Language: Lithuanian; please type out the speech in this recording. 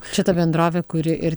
čia ta bendrovė kuri ir